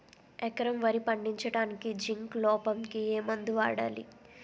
ఎకరం వరి పండించటానికి జింక్ లోపంకి ఏ మందు వాడాలి?